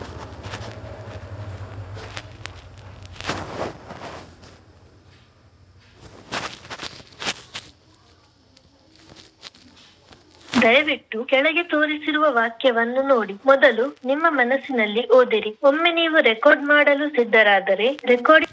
ಬಾಳ ದೊಡ್ಡ ಇರು ವಸ್ತುಗಳನ್ನು ಸಾಗಣೆ ಮಾಡು ಗಾಡಿ